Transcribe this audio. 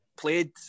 played